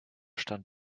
stand